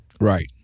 Right